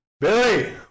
Billy